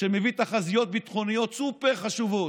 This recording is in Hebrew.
שמביא תחזיות ביטחוניות סופר-חשובות.